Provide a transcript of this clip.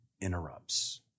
interrupts